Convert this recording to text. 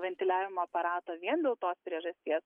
ventiliavimo aparato vien dėl tos priežasties